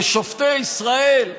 לשופטי ישראל,